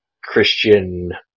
christian